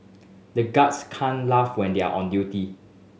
the guards can't laugh when they are on duty